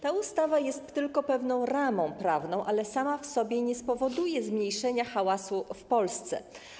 Ta ustawa jest tylko pewną ramą prawną, ale sama w sobie nie spowoduje zmniejszenia hałasu w Polsce.